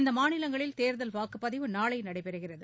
இந்த மாநிலங்களில் தேர்தல் வாக்குப்பதிவு நாளை நடைபெறுகிறது